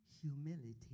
humility